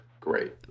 great